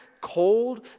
cold